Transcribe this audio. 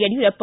Yediyurappa